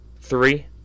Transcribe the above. Three